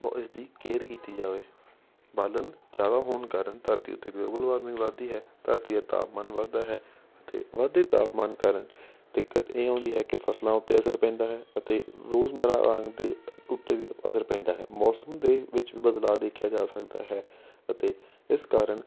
ਇਸਦੀ ਕੇਅਰ ਕੀਤੀ ਜਾਵੇ ਬਾਲਣ ਜ਼ਿਆਦਾ ਹੋਣ ਕਾਰਨ ਧਰਤੀ 'ਤੇ ਗਲੋਬਲ ਵਾਰਮਿੰਗ ਵੱਧਦੀ ਹੈ ਧਰਤੀ ਦਾ ਤਾਪਮਾਨ ਵੱਧਦਾ ਹੈ ਅਤੇ ਵੱਧਦੇ ਤਾਪਮਾਨ ਕਾਰਨ ਦਿੱਕਤ ਇਹ ਆਉਂਦੀ ਹੈ ਕਿ ਫਸਲਾਂ ਉੱਤੇ ਅਸਰ ਪੈਂਦਾ ਹੈ ਅਤੇ ਰੋਜ਼ਮੱਰਾ ਦੇ ਉੱਤੇ ਵੀ ਅਸਰ ਪੈਂਦਾ ਹੈ ਮੌਸਮ ਦੇ ਵਿੱਚ ਬਦਲਾਅ ਦੇਖਿਆ ਜਾ ਸਕਦਾ ਹੈ ਅਤੇ ਇਸ ਕਾਰਨ